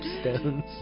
stones